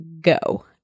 go